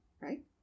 right